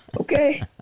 Okay